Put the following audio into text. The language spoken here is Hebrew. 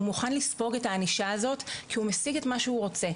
הוא מוכן לספוג את הענישה הזאת כי הוא משיג את מה שהוא רוצה.